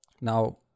now